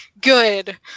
good